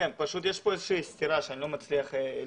פשוט יש פה איזה שהיא סתירה שאני לא מצליח להבין.